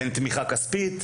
ואין תמיכה כספית,